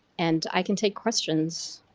and i can take questions.